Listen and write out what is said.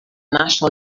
national